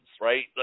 right